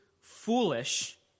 foolish